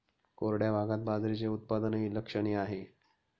कोरड्या भागात बाजरीचे उत्पादनही लक्षणीय आहे